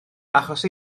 achos